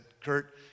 Kurt